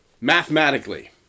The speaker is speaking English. Mathematically